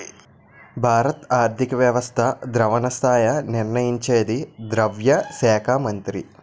భారత ఆర్థిక వ్యవస్థ ద్రవణ స్థాయి నిర్ణయించేది ద్రవ్య శాఖ మంత్రి